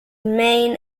main